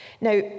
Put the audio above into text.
Now